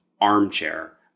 armchair